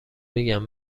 میگم